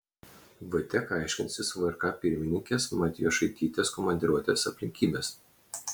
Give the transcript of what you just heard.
vtek aiškinsis vrk pirmininkės matjošaitytės komandiruotės aplinkybes